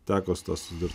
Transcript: teko su tuo susidurt